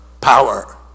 Power